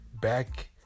Back